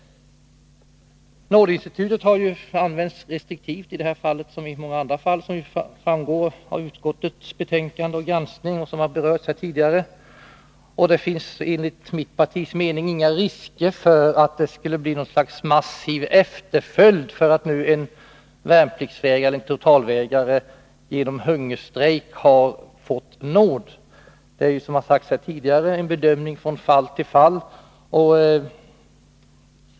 Nådeinstitutet har ju i detta som i många andra fall använts restriktivt, vilket också framgår av utskottets betänkande och granskning och av vad som sagts här tidigare. Enligt mitt partis mening finns det inga risker för att det skulle bli något slags massiv efterföljd bara därför att en värnpliktsvägrare eller totalvägrare har fått nåd efter att ha hungerstrejkat. Som framhållits tidigare blir det ju fråga om en bedömning från fall till fall.